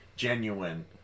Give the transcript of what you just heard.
genuine